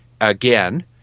again